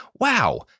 Wow